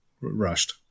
rushed